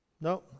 No